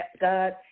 God